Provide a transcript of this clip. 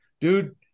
dude